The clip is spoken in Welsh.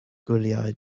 gwyliau